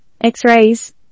x-rays